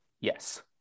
yes